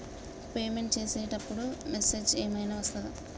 Payment చేసే అప్పుడు message ఏం ఐనా వస్తదా?